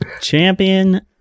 Champion